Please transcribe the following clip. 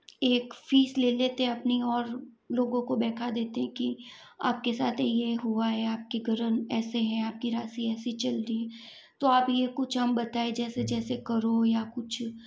एक फीस ले लेते हैं अपनी और लोगों को बहका देते हैं कि आपके साथ यह हुआ है आपके कर्म ऐसे है आपकी राशि ऐसी चल रही है तो आप यह कुछ हम बताएँ जैसे जैसे करो या कुछ